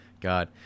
God